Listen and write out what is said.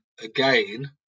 again